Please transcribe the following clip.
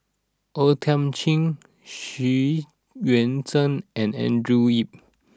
O Thiam Chin Xu Yuan Zhen and Andrew Yip